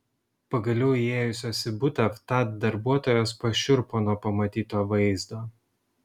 pagaliau įėjusios į butą vtat darbuotojos pašiurpo nuo pamatyto vaizdo